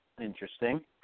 Interesting